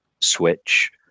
switch